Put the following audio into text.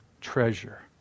treasure